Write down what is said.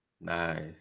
Nice